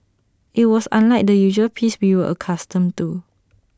IT was unlike the usual peace we were accustomed to